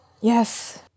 Yes